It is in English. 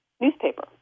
newspaper